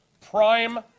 Prime